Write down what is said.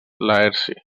laerci